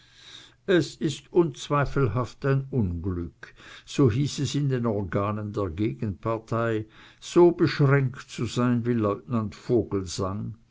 es ist zweifellos ein unglück so hieß es in den organen der gegenpartei so beschränkt zu sein wie lieutenant vogelsang